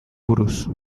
buruz